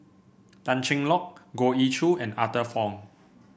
Tan Cheng Lock Goh Ee Choo and Arthur Fong